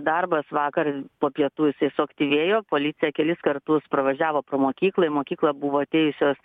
darbas vakar po pietų jisai suaktyvėjo policija kelis kartus pravažiavo pro mokyklą į mokyklą buvo atėjusios